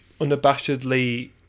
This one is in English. unabashedly